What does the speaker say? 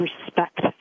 respect